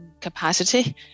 capacity